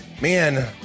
Man